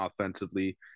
offensively